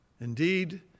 Indeed